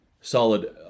solid